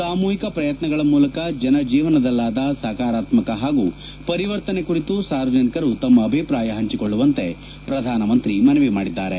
ಸಾಮೂಹಿಕ ಪ್ರಯತ್ನಗಳ ಮೂಲಕ ಜನ ಜೀವನದಲ್ಲಾದ ಸಕಾರಾತ್ಮಕ ಹಾಗೂ ಪರಿವರ್ತನೆ ಕುರಿತು ಸಾರ್ವಜನಿಕರು ತಮ್ಮ ಅಭಿಪ್ರಾಯ ಹಂಚಿಕೊಳ್ಳುವಂತೆ ಪ್ರಧಾನಮಂತ್ರಿ ಮನವಿ ಮಾಡಿದ್ದಾರೆ